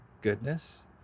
goodness